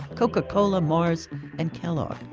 coca-cola, mars and kellogg's.